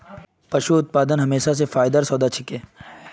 पशू उत्पादन हमेशा स फायदार सौदा छिके